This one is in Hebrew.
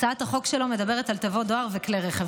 הצעת החוק שלו מדברת על תיבות דואר וכלי רכב.